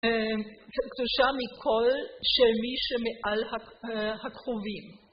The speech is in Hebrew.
קדושה מכל שמי שמעל הכרובים.